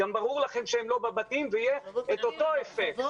גם ברור לכם שהם לא בבתים ויהיה את אותו אפקט.